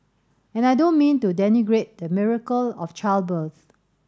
and I don't mean to denigrate the miracle of childbirth